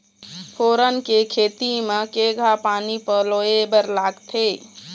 फोरन के खेती म केघा पानी पलोए बर लागथे?